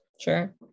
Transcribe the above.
Sure